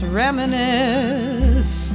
reminisce